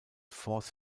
force